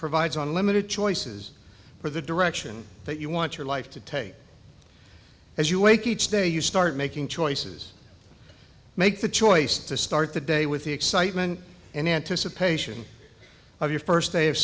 provides unlimited choices for the direction that you want your life to take as you wake each day you start making choices make the choice to start the day with the excitement and anticipation of your first day of